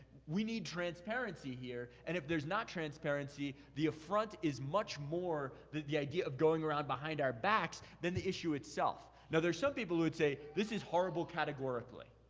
we need transparency here. and if there's not transparency, the affront is much more the the idea of going around behind our backs than the issue itself. now, there's some people who would say this is horrible categorically.